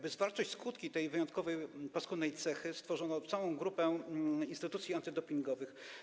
By zwalczyć skutki tej wyjątkowo paskudnej cechy, stworzono całą grupę instytucji antydopingowych.